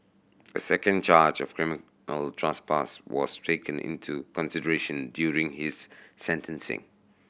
a second charge of criminal trespass was taken into consideration during his sentencing